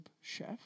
chef